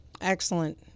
excellent